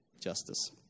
justice